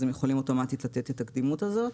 הם יכולים אוטומטית לתת את הקדימות הזאת.